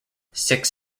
six